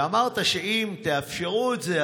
אמרת שאם תאפשרו את זה,